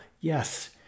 Yes